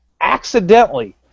accidentally